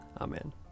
Amen